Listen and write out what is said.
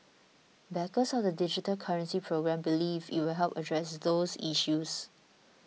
backers of the digital currency programme believe it will help address those issues